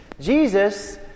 Jesus